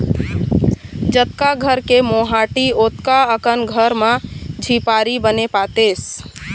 जतका घर के मोहाटी ओतका अकन घर म झिपारी बने पातेस